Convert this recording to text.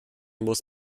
muss